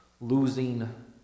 losing